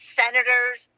senators